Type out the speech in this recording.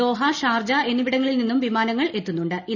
Doha Sharjah എന്നിവിടങ്ങളിൽ നിന്നും വിമാനങ്ങൾ എത്തുന്നുണ്ട്ട്